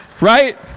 Right